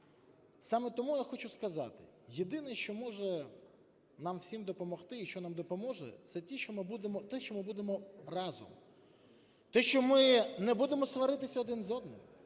Саме тому я хочу сказати: єдине, що може нам всім допомогти і що нам допоможе, - це те, що ми будемо разом, те, що ми не будемо сваритися один з одним,